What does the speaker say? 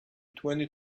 twenty